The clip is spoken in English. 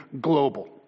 global